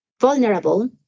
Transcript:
vulnerable